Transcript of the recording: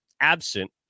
absent